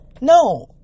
No